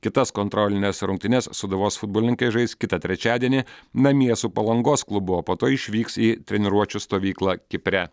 kitas kontrolines rungtynes sūduvos futbolininkai žais kitą trečiadienį namie su palangos klubu o po to išvyks į treniruočių stovyklą kipre